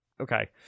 Okay